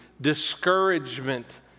discouragement